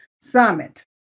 summit